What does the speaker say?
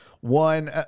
One